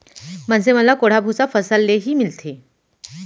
मनसे मन ल कोंढ़ा भूसा फसल ले ही मिलथे